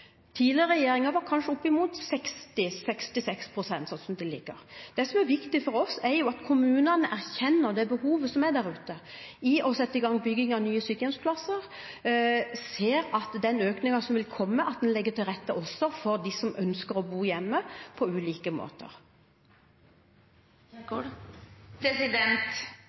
Tidligere regjeringer lå kanskje opp mot 60–66 pst. Det som er viktig for oss, er at kommunene erkjenner det behovet som er der ute for å sette i gang bygging av nye sykehjemsplasser, ser den økningen som vil komme og også legger til rette for dem som ønsker å bo hjemme, på ulike